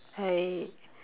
I